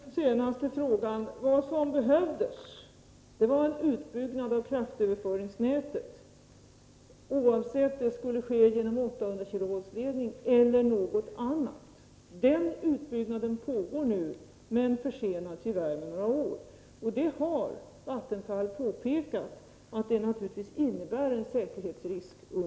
Herr talman! Beträffande den sista frågan vill jag säga att vad som behövdes var en utbyggnad av kraftöverföringsnätet, oavsett om överföringen skulle ske genom en 800-kilovoltsledning eller någonting annat. Den utbyggnaden pågår nu, men den är tyvärr försenad med några år. Vattenfall har påpekat att detta naturligtvis innebär en säkerhetsrisk.